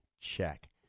check